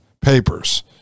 papers